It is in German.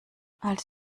als